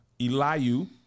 Eliu